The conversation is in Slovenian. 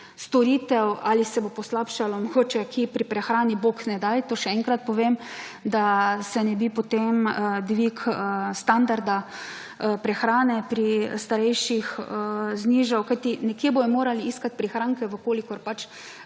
ali se bo poslabšalo mogoče kje pri prehrani, bog ne daj, to še enkrat povem, da se ne bi potem dvig standarda prehrane pri starejših znižal. Kajti, nekje bodo morali iskati prihranke v kolikor pač